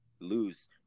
lose